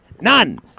None